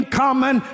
common